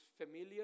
familiar